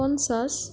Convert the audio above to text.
পঞ্চাছ